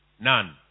None